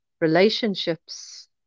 relationships